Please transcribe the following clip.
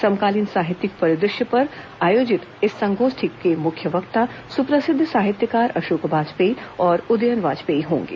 समकालीन साहित्यिक परिदृश्य विषय पर आयोजित इस संगोष्ठी के मुख्य वक्ता सुप्रसिद्ध साहित्यकार अशोक वाजपेयी और उदयन वाजपेयी होंगे